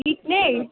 hit नै